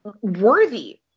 worthy